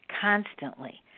constantly